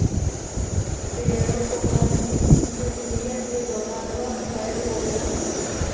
पेड़ों को काटने की प्रक्रिया के दौरान वह घायल हो गया